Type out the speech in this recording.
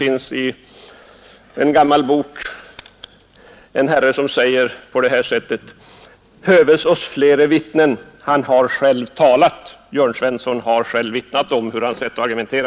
I vår Bibel heter det: ”Höves oss flere vittnen, Han har själv talat”. Jörn Svensson har själv vittnat om sitt sätt att argumentera.